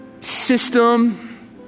system